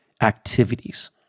activities